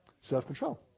self-control